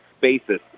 basis